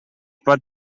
pot